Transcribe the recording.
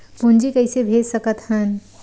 पूंजी कइसे भेज सकत हन?